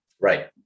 Right